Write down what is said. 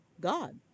God